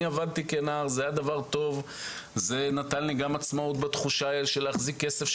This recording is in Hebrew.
כנער עבדתי וזה נתן לי עצמאות בתחושה של החזקת כסף.